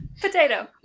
potato